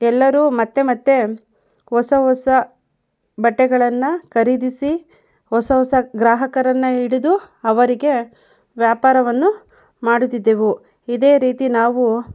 ಎಲ್ಲರೂ ಮತ್ತೆ ಮತ್ತೆ ಹೊಸ ಹೊಸ ಬಟ್ಟೆಗಳನ್ನು ಖರೀದಿಸಿ ಹೊಸ ಹೊಸ ಗ್ರಾಹಕರನ್ನು ಹಿಡಿದು ಅವರಿಗೆ ವ್ಯಾಪಾರವನ್ನು ಮಾಡುತಿದ್ದೆವು ಇದೇ ರೀತಿ ನಾವು